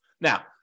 Now